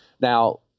Now